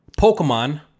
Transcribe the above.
pokemon